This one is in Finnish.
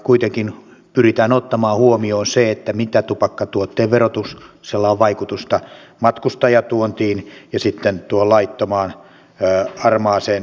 kuitenkin pyritään ottamaan huomioon se mitä vaikutusta tupakkatuotteen verotuksella on matkustajatuontiin ja laittomaan harmaaseen